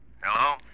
Hello